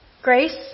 Grace